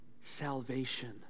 salvation